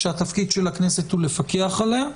שהתפקיד של הכנסת הוא לפקח עליה,